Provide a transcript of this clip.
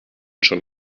schon